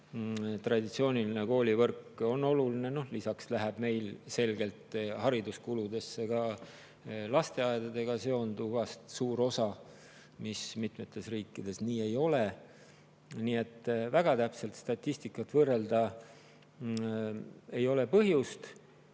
Traditsiooniline koolivõrk on oluline. Lisaks läheb meil selgelt hariduskuludesse suur osa ka lasteaedadega seonduvast, mis mitmetes riikides nii ei ole. Nii et väga täpselt statistikat võrrelda ei ole põhjust.